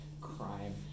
Crime